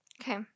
okay